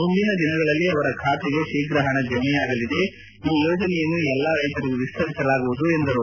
ಮುಂದಿನ ದಿನಗಳಲ್ಲಿ ಅವರ ಖಾತೆಗೆ ಶೀಘ ಹಣ ಜಮೆಯಾಗಲಿದೆ ಈ ಯೋಜನೆಯನ್ನು ಎಲ್ಲಾ ರೈತರಿಗೂ ವಿಸ್ತರಿಸಲಾಗುವುದು ಎಂದರು